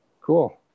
Cool